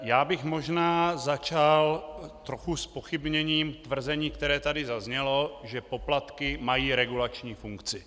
Já bych možná začal trochu zpochybněním tvrzení, které tady zaznělo, že poplatky mají regulační funkci.